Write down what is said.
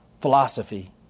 philosophy